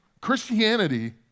Christianity